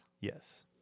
Yes